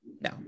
No